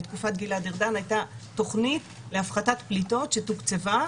בתקופת גלעד ארדן הייתה תוכנית להפחתת פליטות שתוקצבה,